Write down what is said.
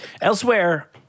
Elsewhere